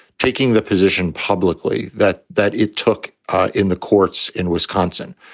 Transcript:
taking the position publicly that that it took in the courts in wisconsin,